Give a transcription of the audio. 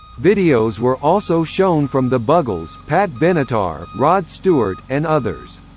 videos were also shown from the buggles, pat benatar, rod stewart, and others.